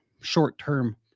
short-term